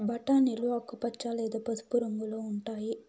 బఠానీలు ఆకుపచ్చ లేదా పసుపు రంగులో ఉంటాయి